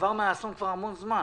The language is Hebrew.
מאז האסון עבר כבר המון זמן.